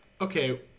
Okay